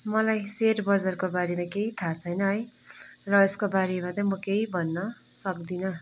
मलाई सेयर बजारको बारेमा केही थाहा छैन है र यसको बारेमा चाहिँ म केही भन्न सक्दिनँ